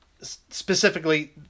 Specifically